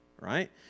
Right